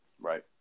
Right